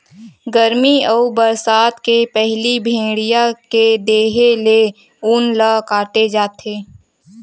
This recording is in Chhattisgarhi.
गरमी अउ बरसा के पहिली भेड़िया के देहे ले ऊन ल काटे जाथे